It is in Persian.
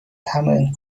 تمرین